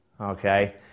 okay